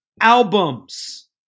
albums